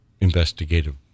investigative